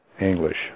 english